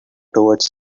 towards